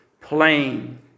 plain